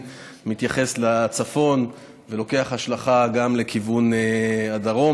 מתייחס לצפון ולוקח השלכה גם לכיוון הדרום,